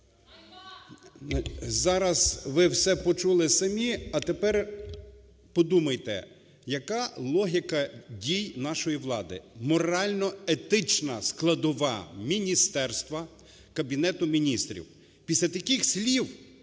Зараз ви все почули самі. А тепер подумайте, яка логіка дій нашої влади, морально-етична складова міністерства, Кабінету Міністрів. Після таких слів